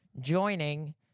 joining